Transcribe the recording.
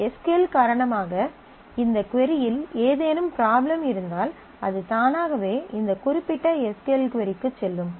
S Q L காரணமாக இந்த கொரியில் ஏதேனும் ப்ராப்ளம் இருந்தால் அது தானாகவே இந்த குறிப்பிட்ட எஸ் க்யூ எல் கொரிக்குச் செல்லும்